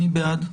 מי בעד?